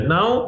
Now